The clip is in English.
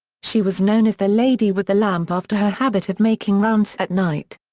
she was known as the lady with the lamp after her habit of making rounds at night.